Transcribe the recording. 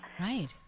Right